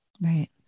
Right